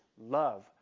Love